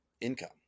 income